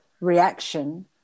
reaction